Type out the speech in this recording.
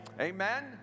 Amen